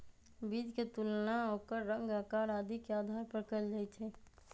बीज के तुलना ओकर रंग, आकार आदि के आधार पर कएल जाई छई